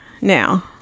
now